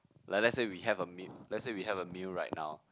like let's say we have a meal let's say we have a meal right now